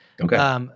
Okay